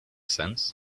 sense